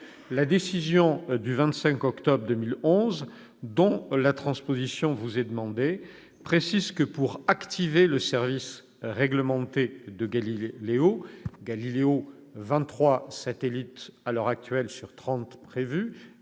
La décision du 25 octobre 2011, dont la transposition vous est aujourd'hui demandée, précise que, pour activer le service public réglementé de Galileo- 23 satellites à l'heure actuelle, sur 30 prévus,